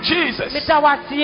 Jesus